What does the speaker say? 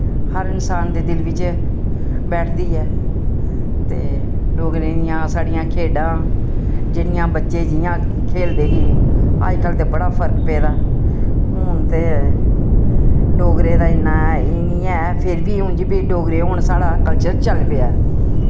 हर इंसान दे दिल बिच्च बैठ दी ऐ ते डोगरें दियां साढ़ियां खेढां जेह्ड़ियां बच्चे जियां खेलदे ही अजकल्ल ते बड़ा फर्क पेदा हून ते डोगरे दा इन्ना है ही निं ऐ फिर वी हून जी डोगरी हून साढ़ा कल्चर चल पेआ ऐ